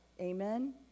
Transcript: Amen